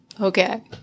Okay